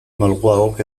malguagoak